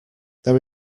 there